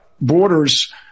borders